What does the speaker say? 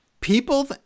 people